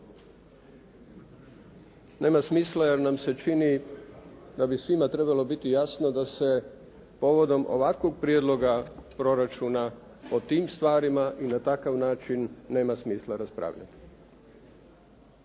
Nema smisla jer nam se čini da bi svima trebalo biti jasno da se povodom ovakvog prijedloga proračuna o tim stvarima i na takav način nema smisla raspravljati.